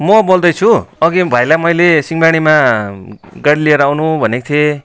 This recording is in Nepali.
म बोल्दैछु अघि भाइलाई मैले सिहँमारीमा गाडी लिएर आउनु भनेको थिएँ